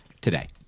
today